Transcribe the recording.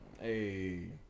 hey